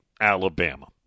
Alabama